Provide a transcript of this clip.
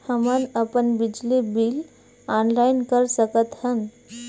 हमन अपन बिजली बिल ऑनलाइन कर सकत हन?